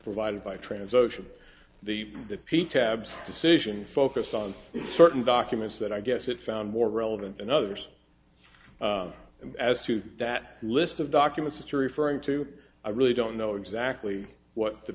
provided by trans ocean the dippy tab decision focus on certain documents that i guess it found more relevant than others and as to that list of documents which are referring to i really don't know exactly what the